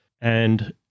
and-